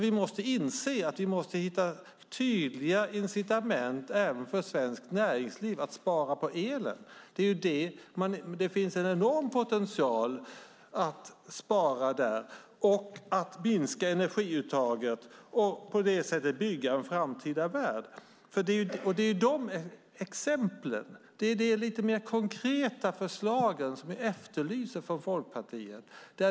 Vi måste inse att vi måste hitta tydliga incitament även för svenskt näringsliv att spara på elen. Det finns en enorm potential där för att spara, för att minska energiuttaget och på det sättet bygga en framtida värld. Det är de exemplen, de lite mer konkreta förslagen som vi efterlyser från Folkpartiet.